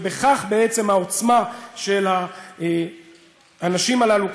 ובכך בעצם העוצמה של האנשים הללו,